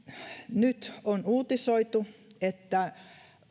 nyt on uutisoitu että